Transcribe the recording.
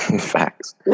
Facts